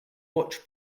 watch